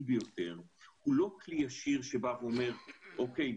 ביותר הוא לא כלי ישיר שבא ואומר אוקיי,